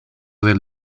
del